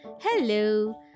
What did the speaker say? Hello